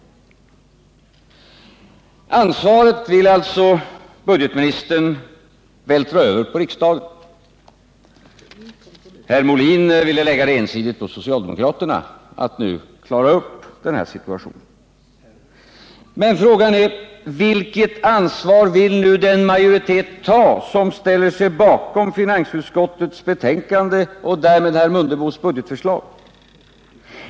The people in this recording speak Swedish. Ansvaret vill budgetministern alltså vältra över på riksdagen. Herr Molin ville ensidigt ålägga socialdemokraterna att klara upp denna situation. Men frågan är: Vilket ansvar vill den majoritet ta som har ställt sig bakom finansutskottets betänkande och därmed herr Mundebos budgetförslag?